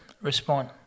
respond